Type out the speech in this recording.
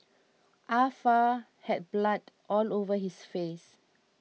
Ah Fa had blood all over his face